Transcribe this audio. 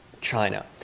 China